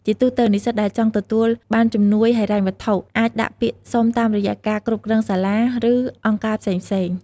ជាទូទៅ និស្សិតដែលចង់ទទួលបានជំនួយហិរញ្ញវត្ថុអាចដាក់ពាក្យសុំតាមរយៈការគ្រប់គ្រងសាលា ឬអង្គការផ្សេងៗ។